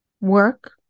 work